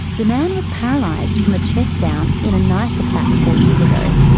the man was paralysed from the chest down in a knife attack four years ago.